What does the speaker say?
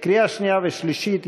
לקריאה שנייה ושלישית,